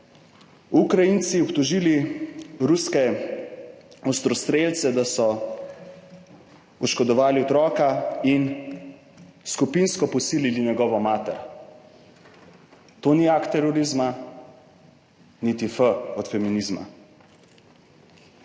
Ukrajinci obtožili ruske ostrostrelce, da so poškodovali otroka in skupinsko posilili njegovo mater. To ni akt terorizma, niti F od feminizma.